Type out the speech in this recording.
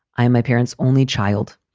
i'm my parents' only child.